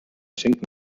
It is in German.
schenken